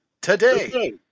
today